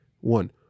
One